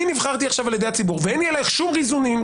נבחרתי עכשיו על ידי הציבור ואין לי עליך שום איזונים,